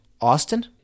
Austin